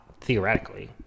theoretically